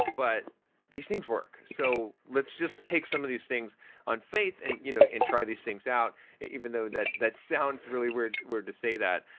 but these things work. so let's just take some of these things on faith and you know try these things out even though that that sounds really weird weird to say that.